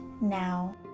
now